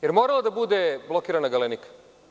Da li morala da bude blokirana „Galenika“